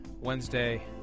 Wednesday